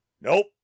nope